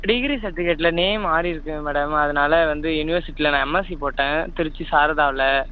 degree சர்டிஃபிகேட்டில் name மாறி இருக்குங்க மேடம் அதனால் வந்து யுனிவர்சிட்டில் நான் எம்எஸ்சி போட்டேன் திருச்சி சாரதாவில்